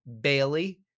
Bailey